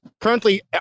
currently